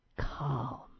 calm